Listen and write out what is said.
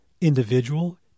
Individual